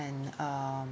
and um